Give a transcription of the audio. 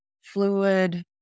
fluid